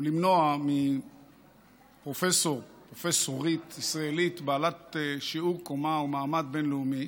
או למנוע מפרופסורית ישראלית בעלת שיעור קומה ומעמד בין-לאומי,